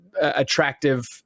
attractive